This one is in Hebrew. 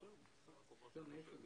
אם מישהו אומר